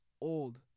Old